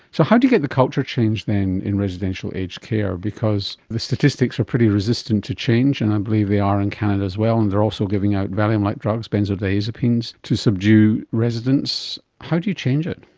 so how do you get the culture change then in residential aged care? because the statistics are pretty resistant to change, and i believe they are in canada as well and they are also giving out valium like drugs, benzodiazepines, to subdue residents. how do you change it?